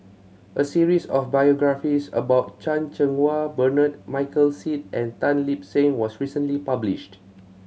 a series of biographies about Chan Cheng Wah Bernard Michael Seet and Tan Lip Seng was recently published